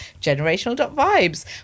generational.vibes